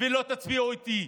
ולא תצביעו איתי.